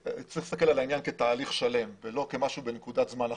צריך להסתכל על העניין כתהליך שלם ולא כמשהו בנקודת זמן אחת.